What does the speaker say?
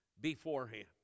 beforehand